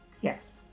Yes